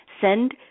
send